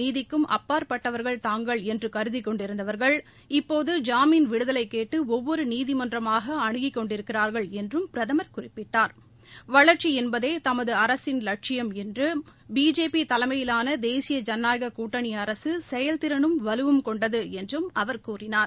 நீதிக்கும் அப்பாற்பட்டவர்கள் தாங்கள் என்று கருதிக் கொண்டிருந்தவர்கள் இப்போது ஜாமீன் விடுதலை கேட்டு ஒவ்வொரு நீதிமன்றமாக அனுகிக் கொண்டிருக்கிறார்கள் என்றும் பிரதமர் குறிப்பிட்டா் வளர்ச்சி என்பதே தமது அரசின் வட்சியம் என்றும் பிஜேபி தலைமையிலான தேசிய ஜனநாயக கூட்டணி அரசு செயல்திறனும் வலுவும் கொண்டது என்றும் அவர் கூறினார்